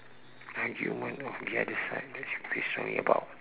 argument of the other side which I feel strongly about